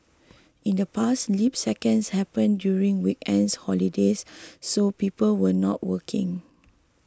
in the past leap seconds happened during weekends holidays so people were not working